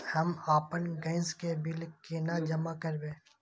हम आपन गैस के बिल केना जमा करबे?